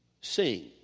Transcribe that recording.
sing